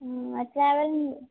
మ్మ్ అలాగే